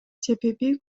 себеби